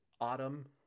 autumn